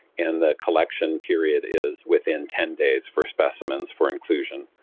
and the collection period is within ten days for specimens for inclusion.